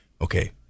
okay